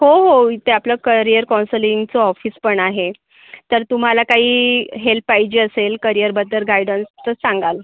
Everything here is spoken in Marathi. हो हो इथे आपलं करिअर काँसलींगचं ऑफिस पण आहे तर तुम्हाला काही हेल्प पाहिजे असेल करिअरबद्दल गायडन्स तर सांगाल